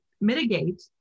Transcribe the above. mitigate